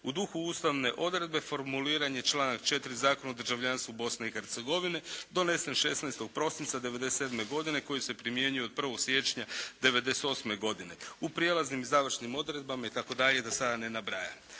U duhu ustavne odredbe formuliran je članak 4. Zakona o državljanstvu Bosne i Hercegovine donesen 16. prosinca '97. godine koji se primjenjuje od 1. siječnja '98. godine. U prijelaznim i završnim odredbama itd. da sada ne nabrajam.